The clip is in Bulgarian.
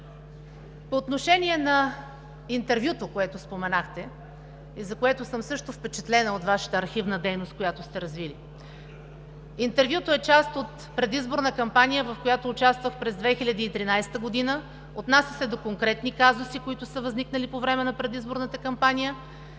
По отношение на интервюто, което споменахте, и за което съм също впечатлена от Вашата архивна дейност, която сте развили. Интервюто е част от предизборна кампания, в която участвах през 2013 г., отнася се до конкретни казуси, които са възникнали по време на предизборната кампания